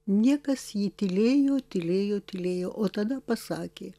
niekas ji tylėjo tylėjo tylėjo o tada pasakė